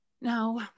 now